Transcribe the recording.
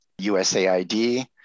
USAID